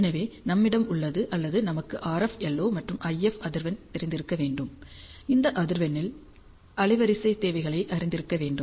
எனவே நம்மிடம் உள்ளது அல்லது நமக்கு RF LO மற்றும் IF அதிர்வெண் தெரிந்திருக்க வேண்டும் இந்த அதிர்வெண்களில் அலைவரிசை தேவைகளை அறிந்திருக்க வேண்டும்